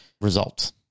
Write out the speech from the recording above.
results